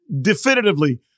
definitively